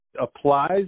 applies